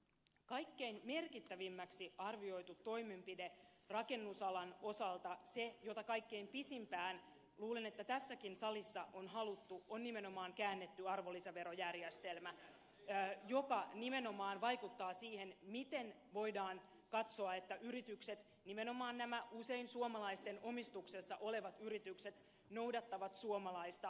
kaikkein merkittävimmäksi arvioitu toimenpide rakennusalan osalta se jota luulen että kaikkein pisimpään tässäkin salissa on haluttu on nimenomaan käännetty arvonlisäverojärjestelmä joka nimenomaan vaikuttaa siihen miten voidaan katsoa että yritykset nimenomaan nämä usein suomalaisten omistuksessa olevat yritykset noudattavat suomalaista lainsäädäntöä